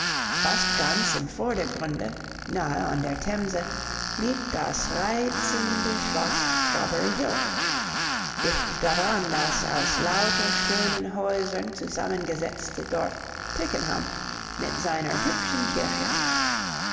fast ganz im vordergrunde nahe an der themse liegt das reizende schloß strawberry hill dicht daran das aus lauter schönen häusern zusammengesetzte dorf twickenham mit seiner hübschen kirche